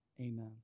Amen